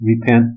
Repent